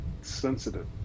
sensitive